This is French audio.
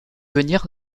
venir